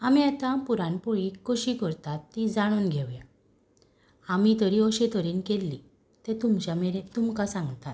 आमी आतां पुरण पोळी कशी करतात ती जाणून घेवया आमी तरी अशे तरेन केल्ली तें तुमच्या मेरेन तुमकां सांगतात